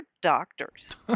doctors